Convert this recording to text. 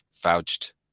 vouched